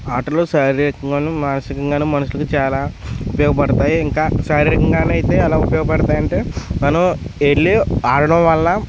ఆటలు శారీరకంగానూ మానసికంగానూ మనుషులకి చాలా ఉపయోగపడతాయి ఇంకా శారీరకంగానా అయితే అలా ఉపయోగపడతాయి అంటే మనం వెళ్ళి ఆడడం వల్ల